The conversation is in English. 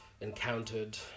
encountered